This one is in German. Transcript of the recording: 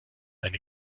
eine